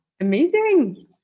amazing